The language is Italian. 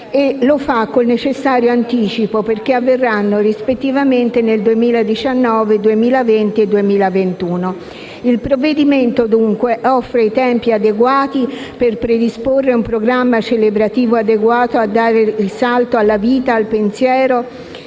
con il necessario anticipo, perché avverranno rispettivamente nel 2019, nel 2020 e nel 2021. Il provvedimento dunque offre i tempi adeguati per predisporre un programma celebrativo adeguato a dare risalto alla vita, al pensiero